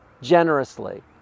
generously